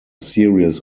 series